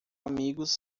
amigos